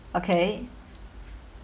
okay